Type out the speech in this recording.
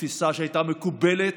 תפיסה שהייתה מקובלת,